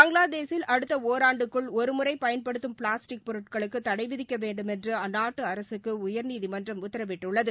பங்ளாதேஷில் அடுத்த ஓராண்டுக்குள் ஒருமுறை பயன்படுத்தும் பிளாஸ்டிக் பொருட்களுக்கு தடை விதிக்க வேண்டுமென்று அந்நாட்டு அரசுக்கு உயர்நீதிமன்றம் உத்தரவிட்டுள்ளது